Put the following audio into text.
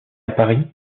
paris